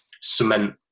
cement